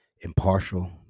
impartial